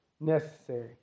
necessary